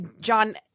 John